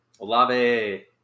Olave